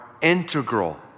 integral